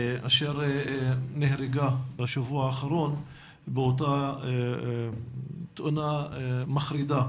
אשר נהרגה בשבוע האחרון באותה תאונה מחרידה